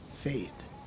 faith